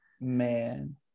Man